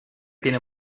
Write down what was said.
tiene